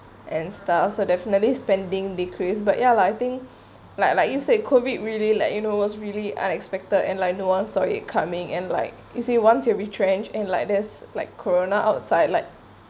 and stuff so definitely spending decreased but ya lah I think like like you said COVID really like you know it was really unexpected and like no one saw it coming and like you say once you retrench and like this like corona outside like